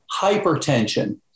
hypertension